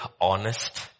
honest